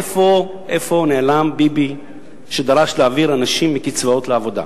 לאן נעלם ביבי שדרש להעביר אנשים מקצבאות לעבודה,